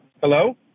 Hello